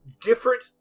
different